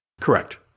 Correct